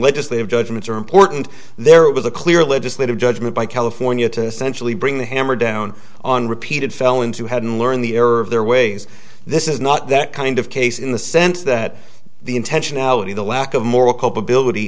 legislative judgments are important there was a clear legislative judgment by california to essentially bring the hammer down on repeated felons who hadn't learned the error of their ways this is not that kind of case in the sense that the intentionality the lack of moral culpability